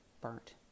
burnt